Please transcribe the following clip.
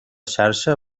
xarxa